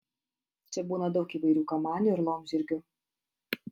čia būna daug įvairių kamanių ir laumžirgių